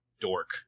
Dork